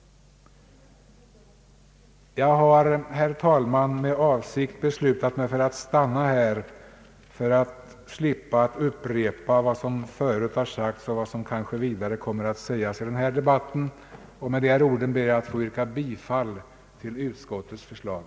Jag har med avsikt bestämt mig för att nu avsluta mitt anförande för att slippa upprepa vad som redan sagts och vad som kanske kommer att sägas i denna debatt. Jag ber att få yrka bifall till utskottets hemställan.